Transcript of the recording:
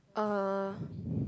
uh